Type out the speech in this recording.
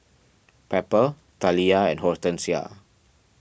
Pepper Taliyah and Hortensia